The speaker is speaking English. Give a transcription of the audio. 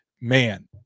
Man